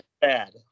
bad